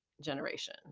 generation